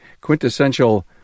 quintessential